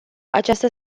această